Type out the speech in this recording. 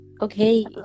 Okay